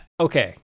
Okay